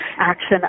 action